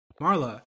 Marla